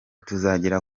tuzagera